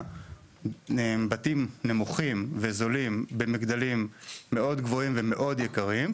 בתים נמוכים וזולים במגדלים מאוד גבוהים ומאוד יקרים,